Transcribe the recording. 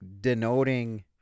denoting